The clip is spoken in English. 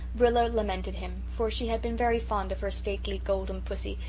rilla lamented him, for she had been very fond of her stately golden pussy,